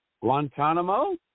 Guantanamo